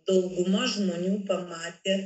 dauguma žmonių pamatė